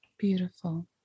beautiful